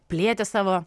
plėtė savo